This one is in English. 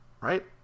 right